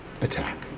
attack